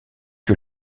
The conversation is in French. que